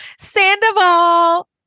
Sandoval